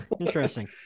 Interesting